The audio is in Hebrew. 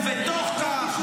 ובתוך כך,